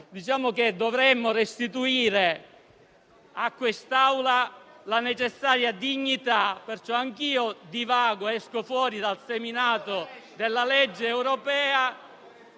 Dovremmo restituire a quest'Aula la necessaria dignità. Perciò anch'io divago ed esco fuori dal seminato della legge europea...